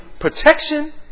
protection